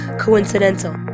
coincidental